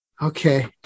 Okay